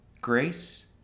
Grace